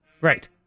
Right